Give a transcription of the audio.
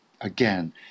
again